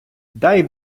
дай